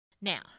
Now